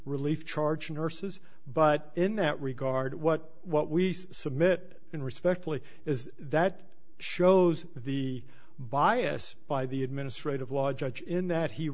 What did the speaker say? relief charge nurses but in that regard what what we submit and respectfully is that shows the bias by the administrative law judge in that he